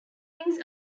rings